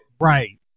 Right